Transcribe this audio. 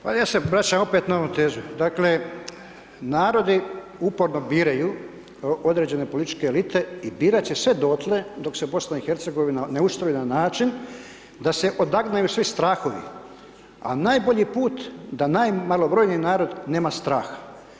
Pa ja se vraćam opet na onu tezu, dakle, narodi uporno biraju određene političke elite i birat će sve dotle, dok se Bosna i Hercegovina ne ustroji na način da se odagnaju svi strahovi, a najbolji put da najmalobrojniji narod nema straha.